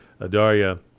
Adaria